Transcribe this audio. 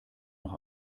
noch